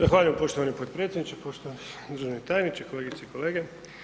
Zahvaljujem poštovani potpredsjedniče, poštovani državni tajniče, kolegice i kolege.